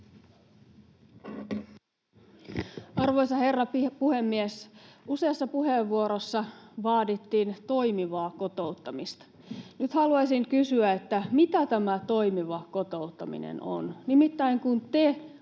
Arvoisa herra puhemies! Useassa puheenvuorossa vaadittiin toimivaa kotouttamista. Nyt haluaisin kysyä, mitä tämä toimiva kotouttaminen on. Nimittäin te